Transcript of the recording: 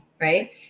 right